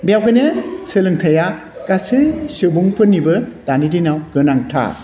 बेखायनो सोलोंथाइया गासै सुबुंफोरनिबो दानि दिनाव गोनांथार